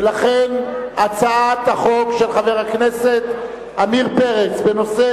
ולכן הצעת החוק של חבר הכנסת עמיר פרץ בנושא